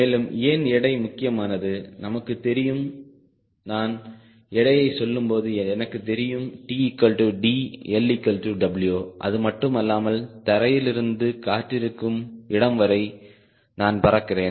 மேலும் ஏன் எடை முக்கியமானது நமக்கு தெரியும் நான் எடையை சொல்லும்போது எனக்கு தெரியும் TD LW அதுமட்டுமல்லாமல் தரையிலிருந்து காற்றிருக்கும் இடம் வரை நான் பறக்கிறேன்